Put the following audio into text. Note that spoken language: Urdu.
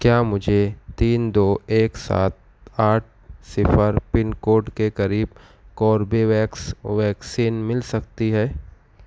کیا مجھے تین دو ایک سات آٹھ صفر پن کوڈ کے قریب کوربیویکس ویکسین مل سکتی ہے